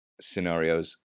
scenarios